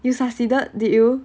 you succeeded did you